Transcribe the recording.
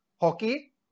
hockey